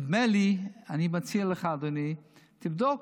אני מציע לך, אדוני, תבדוק.